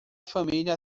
família